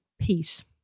Peace